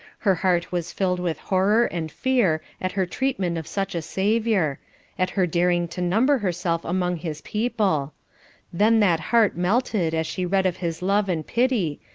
her heart was filled with horror and fear at her treatment of such a saviour at her daring to number herself among his people then that heart melted as she read of his love and pity,